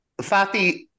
Fatih